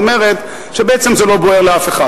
אומרת שבעצם זה לא בוער לאף אחד.